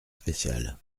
spéciale